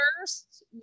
first